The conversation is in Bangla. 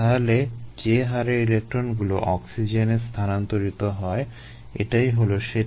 তাহলে যে হারে ইলেক্ট্রনগুলো অক্সিজেনে স্থানান্তরিত হয় এটাই হলো সেটা